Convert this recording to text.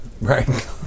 Right